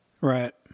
Right